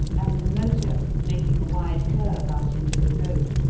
and the motor, making a wide curve out into the road,